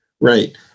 Right